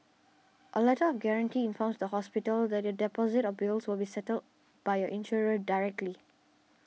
a letter of guarantee informs the hospital that your deposit or bills will be settled by your insurer directly